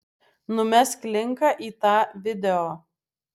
numesk linką į tą video